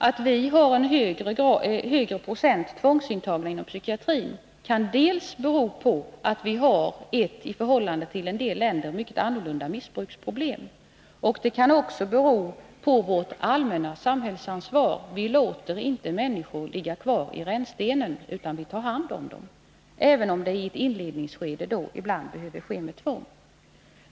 Att vi har en högre procent tvångsintagna inom psykiatrin kan bero dels på att vi har ett i förhållande till en del andra länder annorlunda missbruksproblem, dels på vårt allmänna samhällsansvar — vi låter inte människor ligga kvar i rännstenen, utan vi tar hand om dem, även om det i ett inledningsskede ibland måste ske med tvång.